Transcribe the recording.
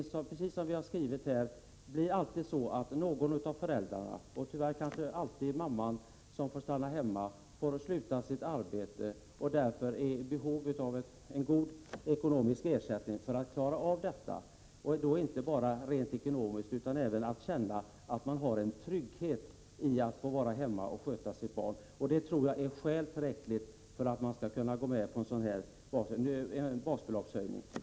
Som vi har skrivit blir det alltid så att någon av föräldrarna — tyvärr kanske alltid mamman -— får sluta sitt arbete och stanna hemma. Man är därför i behov av en god ekonomisk ersättning och av tryggheten att veta att man får vara hemma och sköta sitt barn. Det tycker jag är skäl tillräckligt för att gå med på en basbeloppshöjning.